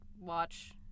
watch